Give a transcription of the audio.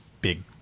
big